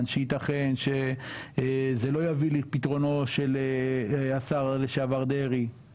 שייתכן שזה לא יביא לפתרונו של השר לשעבר דרעי,